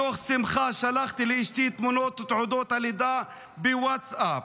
מתוך שמחה שלחתי לאשתי את תמונות תעודות הלידה בווטסאפ,